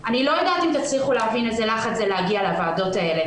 להצליח ללכת לארוחה משפחתית,